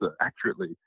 accurately